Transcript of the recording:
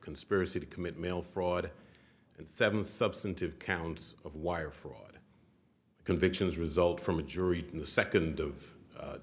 conspiracy to commit mail fraud and seven substantive counts of wire fraud convictions result from a jury to the second of